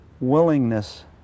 willingness